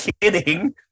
kidding